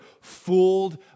fooled